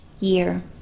year